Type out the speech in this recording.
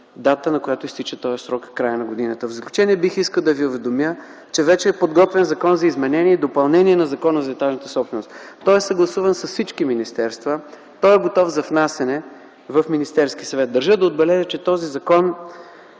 датата, на която изтича този срок в края на годината. В заключение бих искал да Ви уведомя, че вече е подготвен Закон за изменение и допълнение на Закона за етажната собственост. Той е съгласуван с всички министерства и е готов за внасяне в Министерския съвет. Държа да отбележа, че този закон